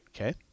Okay